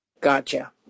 Gotcha